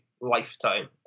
lifetime